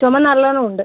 ചുമ നല്ലോണം ഉണ്ട്